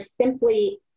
simply